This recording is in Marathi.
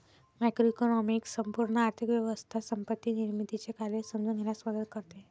मॅक्रोइकॉनॉमिक्स संपूर्ण आर्थिक व्यवस्था संपत्ती निर्मितीचे कार्य समजून घेण्यास मदत करते